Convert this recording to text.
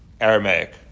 Aramaic